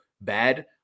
bad